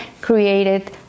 created